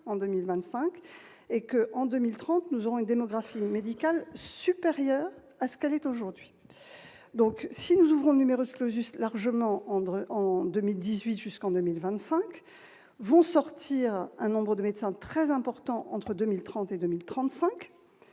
en 2025 et que, en 2030, nous aurons une démographie médicale supérieure à ce qu'elle est aujourd'hui, donc si nous ouvrons numerus clausus largement en 2018 jusqu'en 2025 vont sortir un nombre de médecins très important entre 2030 et 2035